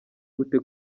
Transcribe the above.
gute